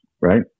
right